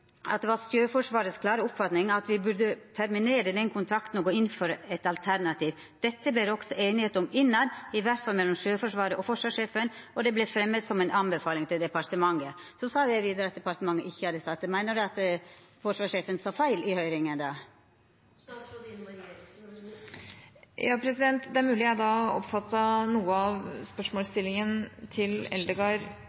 klare oppfatning at vi burde terminere den kontrakten og gå inn for et alternativ, . Dette ble det også enighet om innad, i hvert fall mellom Sjøforsvaret og forsvarssjefen, og det ble fremmet som en anbefaling til departementet.» Så sa me vidare at departementet ikkje hadde starta. Meiner du då at forsvarssjefen sa feil i høyringa? Det er mulig jeg oppfattet noe av spørsmålsstillingen til Eldegard feil da